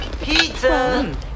Pizza